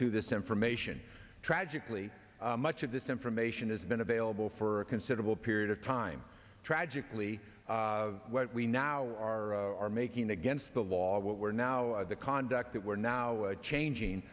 to this information tragically much of this information has been available for a considerable period of time tragically what we now are are making against the law what we're now the conduct that we're now changing